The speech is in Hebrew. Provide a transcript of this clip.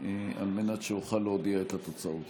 על מנת שאוכל להודיע את התוצאות.